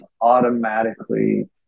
automatically